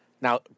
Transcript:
Now